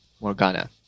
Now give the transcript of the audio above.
Morgana